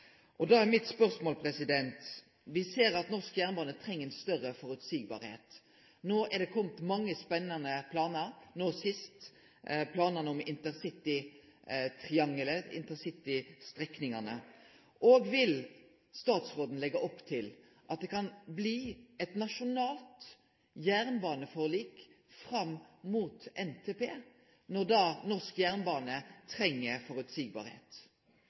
er positiv til det. Me ser at norsk jernbane treng større føreseielegheit. No er det kome mange spennande planar – sist planane om intercitytriangelet, intercitystrekningane. Da er mitt spørsmål: Vil statsråden leggje opp til at det kan bli eit nasjonalt jernbaneforlik fram mot Nasjonal transportplan – når da norsk jernbane treng